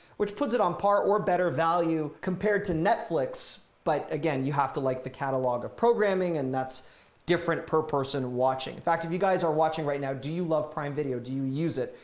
which puts it on par or better value compared to netflix. but again, you have to like the catalog of programming and that's different per person watching in fact if you guys are watching right now do you love prime video? do you use it?